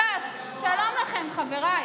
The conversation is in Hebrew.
ש"ס, שלום לכם, חבריי.